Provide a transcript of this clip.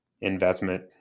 investment